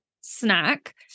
snack